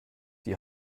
die